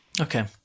Okay